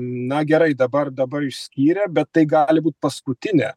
na gerai dabar dabar išskyrė bet tai gali būt paskutinė